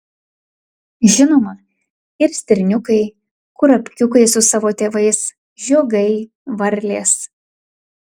žinoma ir stirniukai kurapkiukai su savo tėvais žiogai varlės